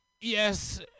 Yes